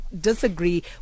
disagree